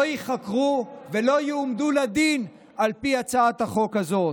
לא ייחקרו ולא יועמדו לדין על פי הצעת החוק הזאת.